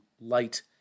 light